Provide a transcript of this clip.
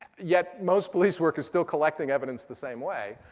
yet most police work is still collecting evidence the same way.